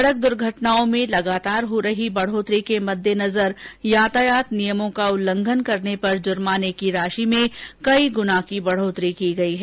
सड़क दुर्घटनाओं में लगातार हो रही बढ़ोतरी के मद्देनजर यातायात नियमों का उल्लंघन करने पर जुर्माने की राशि में कई गुना की बढ़ोतरी की गई है